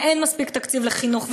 ואין מספיק תקציב לחינוך,